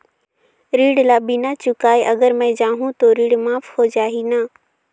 ऋण ला बिना चुकाय अगर मै जाहूं तो ऋण माफ हो जाही न?